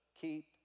keep